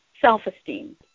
Self-esteem